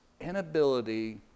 inability